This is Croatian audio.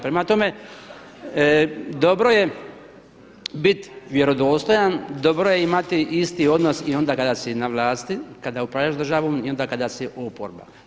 Prema tome, dobro je bit vjerodostojan, dobro je imati isti odnos i onda kada si na vlasti, kada upravljaš državnom i onda kada si oproba.